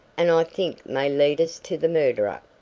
and i think may lead us to the murderer.